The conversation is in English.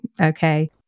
okay